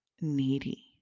needy